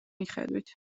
მიხედვით